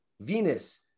Venus